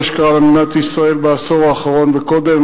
מה שקרה למדינת ישראל בעשור האחרון וקודם,